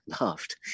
laughed